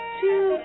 two